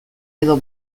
edo